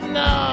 no